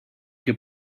che